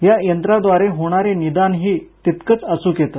या यंत्राद्वारे होणारे निदानही तितकंच अचूक येत